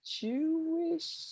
Jewish